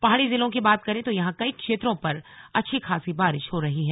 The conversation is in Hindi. पहाड़ी जिलों की बात करें तो यहां कई क्षेत्रों पर अच्छी खासी बारिश हो रही है